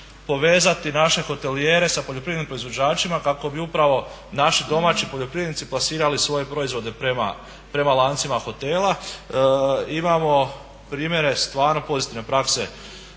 povezati naše hotelijere sa poljoprivrednim proizvođačima kako bi upravo naši domaći poljoprivrednici plasirali svoje proizvode prema lancima hotela. Imamo primjere stvarno pozitivne prakse,